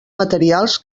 materials